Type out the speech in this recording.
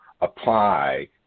apply